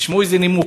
תשמעו איזה נימוק,